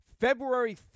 February